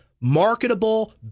marketable